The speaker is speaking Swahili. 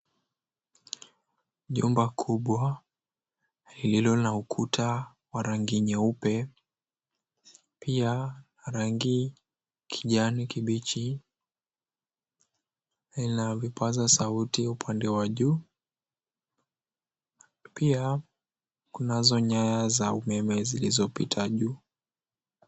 Jumba kubwa lililo na ukuta wa rangi nyeupe pia rangi kijani kibichi lina vipaza sauti upande wa juu pia kunazo nyaya za umeme zilizopita juu.